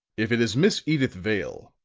if it is miss edyth vale,